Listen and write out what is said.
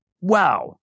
wow